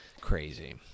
Crazy